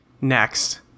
Next